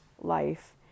life